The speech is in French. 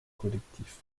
collectif